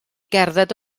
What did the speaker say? gerdded